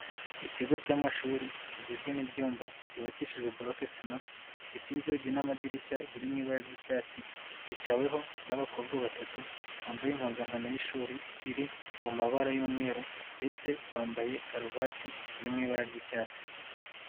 Ikigo cy'amashuri kigizwe n'ibyumba byubakishijwe buroke sima bifite inzugi n'amadirishya biri mu ibara ry'icyatsi cyicaweho n'abakobwa batatu bambaye impuzankano y'ishuri iri mu mabara y'umweru ndetse bambaye karuvati ziri mu ibara ry'icyatsi.